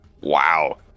Wow